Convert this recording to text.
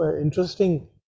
interesting